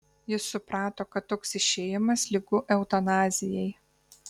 jis suprato kad toks išėjimas lygu eutanazijai